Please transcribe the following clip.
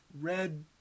Red